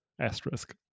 asterisk